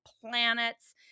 planets